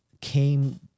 came